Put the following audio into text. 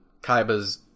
Kaiba's